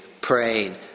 praying